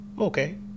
okay